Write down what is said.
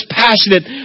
passionate